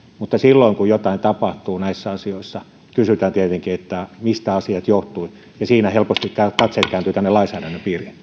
mutta silloin kun jotain tapahtuu näissä asioissa kysytään tietenkin mistä asiat johtuvat ja siinä helposti katseet kääntyvät tänne lainsäädännön piiriin